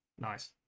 Nice